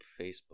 Facebook